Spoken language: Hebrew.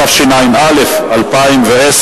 התשע"א 2010,